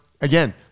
again